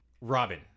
Robin